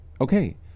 Okay